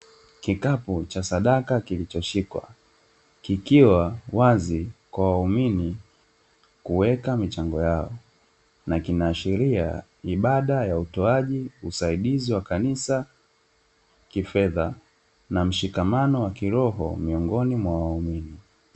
Kikapu cha sadaka kilichoshikwa, Kikiwa wazi kwa waumini kuweka michango yao, Na kinaashiria ibada ya utoaji usaidizi wa kanisa kifedha na mshikamano wa kiroho miongoni mwa waumini.